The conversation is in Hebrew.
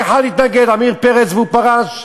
רק אחד התנגד, עמיר פרץ, והוא פרש.